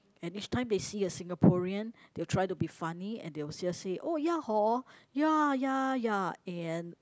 and each time they see a Singaporean they'll try to be funny and they'll just say oh ya hor ya ya ya and